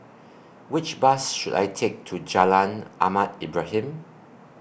Which Bus should I Take to Jalan Ahmad Ibrahim